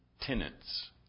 tenants